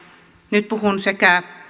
nyt puhun sekä